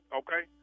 okay